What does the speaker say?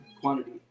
quantity